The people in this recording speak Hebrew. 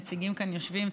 הנציגים יושבים כאן,